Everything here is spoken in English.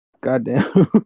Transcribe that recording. Goddamn